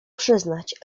przyznać